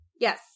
Yes